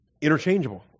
interchangeable